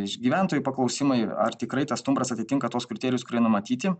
gyventojų paklausimai ar tikrai tas stumbras atitinka tuos kriterijus kurie numatyti